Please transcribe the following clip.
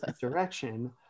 direction